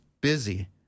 busy